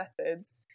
methods